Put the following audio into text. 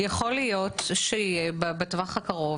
יכול להיות שיהיה בטווח הקרוב,